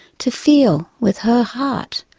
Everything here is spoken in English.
to feel with her heart,